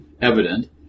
evident